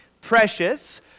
precious